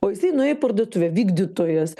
o jisai nuėjo į parduotuvę vykdytojas